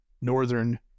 northern